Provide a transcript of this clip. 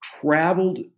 traveled